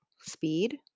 speed